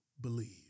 believe